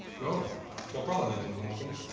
my brother lives in hawkinge